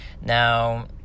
Now